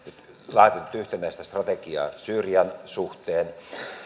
laatinut yhtenäistä strategiaa syyrian suhteen